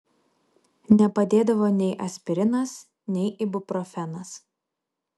nepadėdavo nei aspirinas nei ibuprofenas